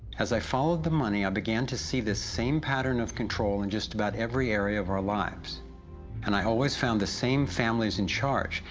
as i followed the money, i began to see the same pattern of control in just about every area of our lives and always found the same families in charge,